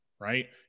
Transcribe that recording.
right